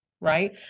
right